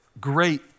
great